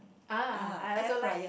ah I also like